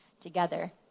together